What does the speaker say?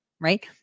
right